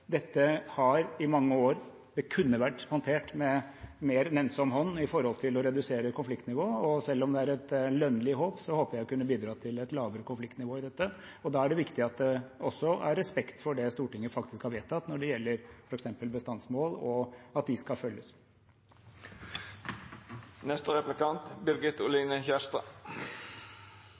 dette i mange år kunne vært håndtert med en mer nennsom hånd med tanke på å redusere konfliktnivået. Selv om det er et lønnlig håp, håper jeg å kunne bidra til et lavere konfliktnivå rundt dette, og da er det viktig at det også er respekt for det som Stortinget faktisk har vedtatt når det gjelder f.eks. bestandsmål, og at de skal følges.